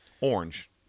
Orange